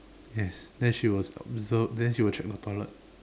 yes then she was observe then she will check the toilet